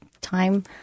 time